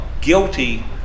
guilty